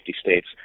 states